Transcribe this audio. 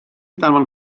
danfon